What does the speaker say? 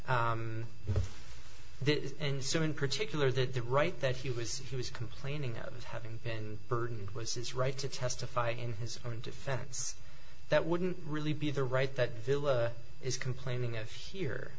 young and so in particular did the right that he was he was complaining of having been burdened with his right to testify in his own defense that wouldn't really be the right that villa is complaining of here